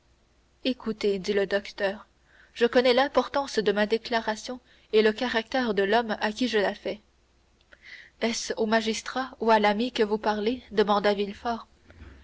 écoutez dit le docteur je connais l'importance de ma déclaration et le caractère de l'homme à qui je la fais est-ce au magistrat ou à l'ami que vous parlez demanda